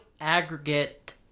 aggregate